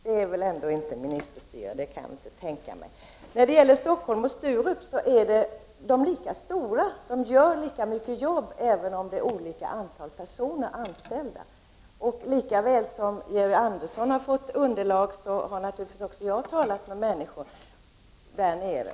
Jag kan inte tänka mig att det är ministerstyre. När det gäller flygledningscentralerna i Stockholm och på Sturup är de lika stora. Centralerna gör lika mycket arbete, även om det är olika antal personer anställda. Lika väl som Georg Andersson har tillgång till underlag, har även jag talat med människor på Sturup.